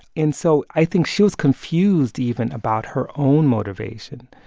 and so i think she was confused even about her own motivation.